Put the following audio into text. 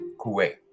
Kuwait